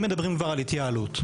אם מדברים על התייעלות,